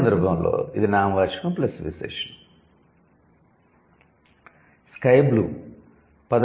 ఈ సందర్భంలో ఇది నామవాచకం ప్లస్ విశేషణం 'స్కై బ్లూ'